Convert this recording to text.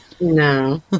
No